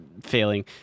failing